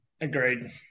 agreed